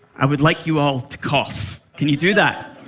i would like you all to cough. can you do that?